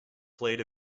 played